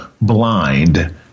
blind